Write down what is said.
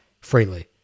freely